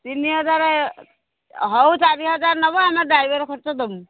ତିନି ହଜାର ହଉ ଚାରି ହଜାର ନେବ ଆମେ ଡ୍ରାଇଭର ଖର୍ଚ୍ଚ ଦେବୁ